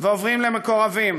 ועוברים למקורבים